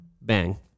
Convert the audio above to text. bang